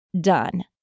done